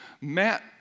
Matt